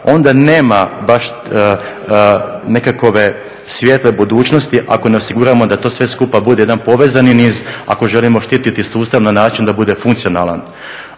Onda nema baš nekakove svijetle budućnosti ako ne osiguramo da to sve skupa bude jedan povezani niz, ako želimo štititi sustav na način da bude funkcionalan.